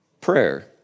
Prayer